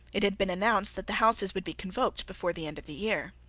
it had been announced that the houses would be convoked before the end of the year.